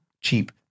Cheap